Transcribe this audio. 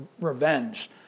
revenge